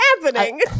happening